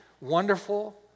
wonderful